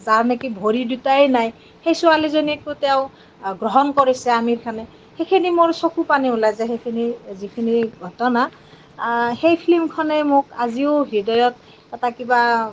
যাৰ নেকি ভৰি দুটাই নাই সেই ছোৱালীজনীকো তেওঁ গ্ৰহণ কৰিছে আমিৰ খানে সেইখিনি মোৰ চকুপানী ওলাই যায় সেইখিনি যিখিনি ঘটনা সেই ফিল্মখনে মোক আজিও হৃদয়ত এটা কিবা